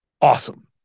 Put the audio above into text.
awesome